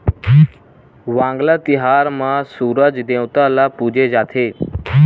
वांगला तिहार म सूरज देवता ल पूजे जाथे